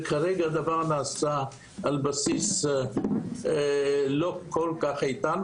כרגע הדבר נעשה על בסיס לא כל כך איתן,